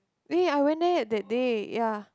eh I went there that day ya